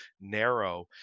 narrow